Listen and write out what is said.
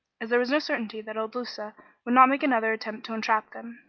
as there was no certainty that il duca would not make another attempt to entrap them,